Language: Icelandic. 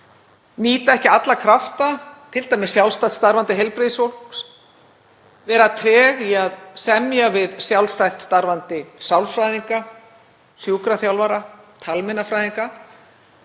nýta ekki alla krafta t.d. sjálfstætt starfandi heilbrigðisstarfsfólks, vera treg í að semja við sjálfstætt starfandi sálfræðinga, sjúkraþjálfara, talmeinafræðinga.